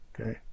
Okay